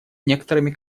некоторыми